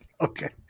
Okay